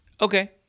Okay